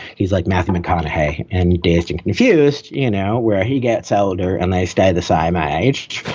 he's like matthew mcconaughey and dazed and confused. you know, where he gets older and they stay the same age.